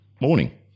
Morning